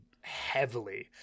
heavily